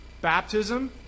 Baptism